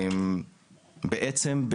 בעצם,